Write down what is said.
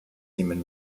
nehmen